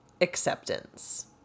Acceptance